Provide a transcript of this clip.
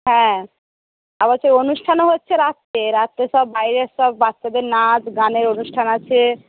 হ্যাঁ আবার সে অনুষ্ঠানও হচ্ছে রাত্রে রাত্রে সব বাইরে সব বাচ্চাদের নাচ গানের অনুষ্ঠান আছে